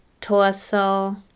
torso